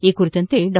ಈ ಕುರಿತಂತೆ ಡಾ